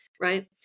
right